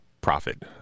profit